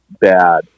bad